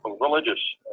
religious